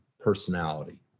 personality